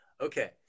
Okay